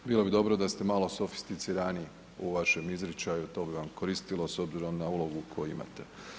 Bilo bi dobro da ste malo sofisticiraniji u vašem izričaju, to bi vam koristilo s obzirom na ulogu koju imate.